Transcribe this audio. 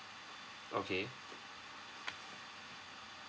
okay